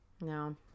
No